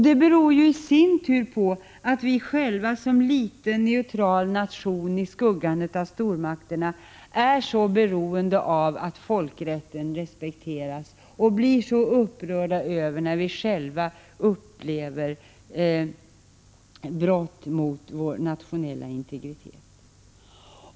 Det beror i sin tur på att vi själva som liten neutral nation i skuggan av stormakterna är synnerligen beroende av att folkrätten respekteras och blir mycket upprörda när vi själva upplever brott mot vår nationella integritet.